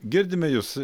girdime jus